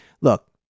look